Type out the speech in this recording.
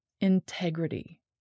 integrity